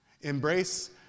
Embrace